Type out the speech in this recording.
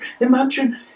Imagine